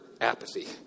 apathy